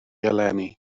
eleni